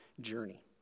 journey